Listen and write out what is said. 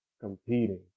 competing